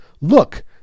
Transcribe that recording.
Look